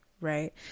right